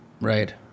Right